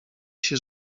się